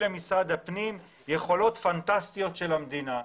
למשרד הפנים יכולות פנטסטיות של המדינה.